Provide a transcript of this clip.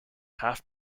half